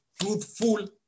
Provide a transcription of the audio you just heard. truthful